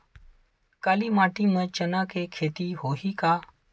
काली माटी म चना के खेती होही का?